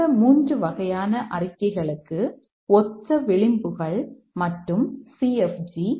இந்த 3 வகையான அறிக்கைகளுக்கு ஒத்த விளிம்புகள் மற்றும் சி